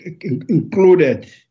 included